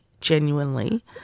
genuinely